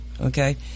okay